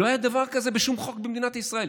לא היה דבר כזה בשום חוק במדינת ישראל.